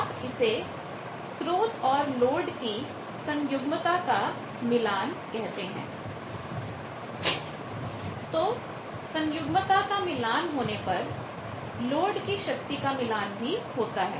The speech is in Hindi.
आप इसे स्रोत और लोड की सन्युग्मता का मिलान conjugate matchingकोंजूगेट मैचिंग कहते हैं तो सन्युग्मता का मिलानconjugate matchingकोंजूगेट मैचिंग होने पर लोड की शक्ति का मिलान भी होता है